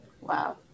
Wow